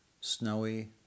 snowy